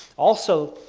also,